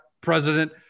President